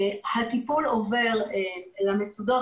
הטיפול בזה עובר למצודות,